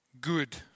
good